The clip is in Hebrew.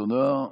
תודה.